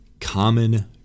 common